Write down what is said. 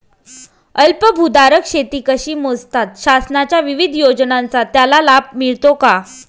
अल्पभूधारक शेती कशी मोजतात? शासनाच्या विविध योजनांचा त्याला लाभ मिळतो का?